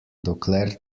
dokler